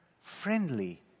friendly